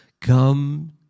come